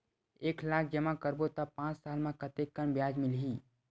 एक लाख जमा करबो त पांच साल म कतेकन ब्याज मिलही?